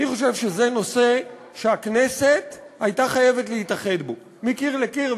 אני חושב שזה נושא שהכנסת הייתה חייבת להתאחד בו מקיר לקיר,